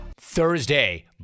Thursday